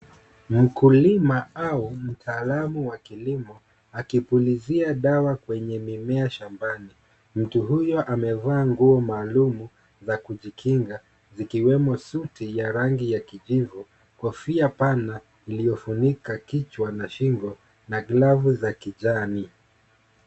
Mkulima au mtaalamu wa kilimo akipulizia dawa kwenye mimea shambani. Mtu huyo amevaa nguo maalum za kujikinga zikiwemo suti ya rangi ya kijivu, kofia pana iliyofunika kichwa na shingo na glavu za kijani.